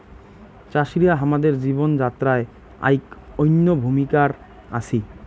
চাষিরা হামাদের জীবন যাত্রায় আইক অনইন্য ভূমিকার আছি